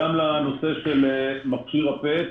לגבי לנושא מכשיר ה-PET,